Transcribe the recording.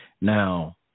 now